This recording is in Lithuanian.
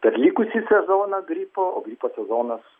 per likusį sezoną gripo o gripo sezonas